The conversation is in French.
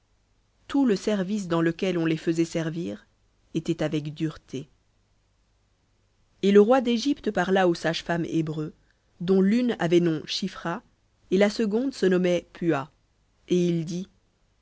tout le service dans lequel on les faisait servir était avec dureté v et le roi d'égypte parla aux sages femmes hébreues dont l'une avait nom shiphra et la seconde se nommait pua et il dit